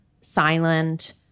silent